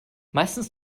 meistens